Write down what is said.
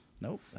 Nope